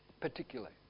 particularly